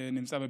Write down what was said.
נמצא בבדיקה.